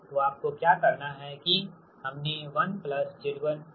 तो आपको क्या करना है कि हमने 1Z1Y12 को ले लिया है